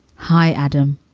hi, adam.